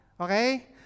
Okay